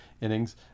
innings